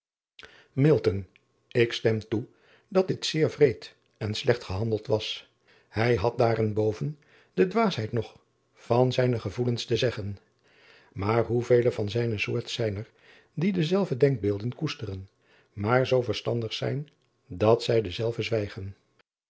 k stem toe dat dit zeer wreed en slecht gehandeld was ij had daarenboven de dwaas driaan oosjes zn et leven van aurits ijnslager heid nog van zijne gevoelens te zeggen aar hoevele van zijne soort zijn er die dezelfde denkbeelden koesteren maar zoo verstandig zijn dat zij dezelve zwijgen